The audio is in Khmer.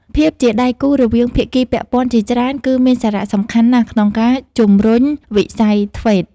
ភាពជាដៃគូរវាងភាគីពាក់ព័ន្ធជាច្រើនគឺមានសារៈសំខាន់ណាស់ក្នុងការជំរុញវិស័យ ធ្វេត TVET។